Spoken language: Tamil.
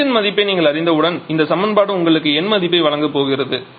x இன் மதிப்பை நீங்கள் அறிந்தவுடன் இந்த சமன்பாடு உங்களுக்கு எண் மதிப்பை வழங்கப் போகிறது